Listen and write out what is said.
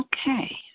Okay